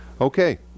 Okay